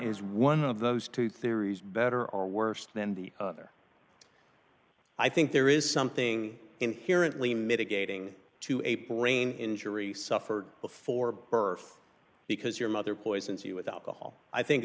is one of those two theories better or worse than the other i think there is something inherently mitigating to a brain injury suffered before birth because your mother poisons you with alcohol i think